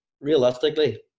realistically